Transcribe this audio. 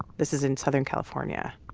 this is in southern california.